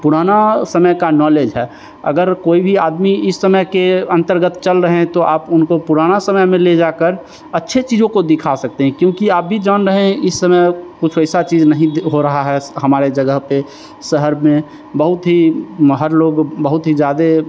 पुराना समय का नॉलेज है अगर कोई भी आदमी इस समय के अंतर्गत चल रहे हैं तो आप उनको पुराना समय में ले जाकर अच्छी चीजों को दिखा सकते हैं क्योंकि आप भी जान रहे हैं इस समय कुछ ऐसा चीज नहीं हो रहा है हमारे जगह पर शहर में बहुत ही महर लोग बहुत ही ज्यादा